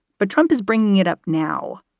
but trump is bringing it up now.